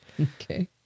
Okay